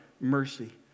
mercy